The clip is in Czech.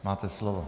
Máte slovo.